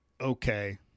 okay